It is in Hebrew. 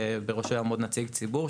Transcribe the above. שבראשו יעמוד נציג ציבור,